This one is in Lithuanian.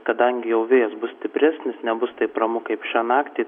kadangi jau vėjas bus stipresnis nebus taip ramu kaip šią naktį